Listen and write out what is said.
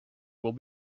will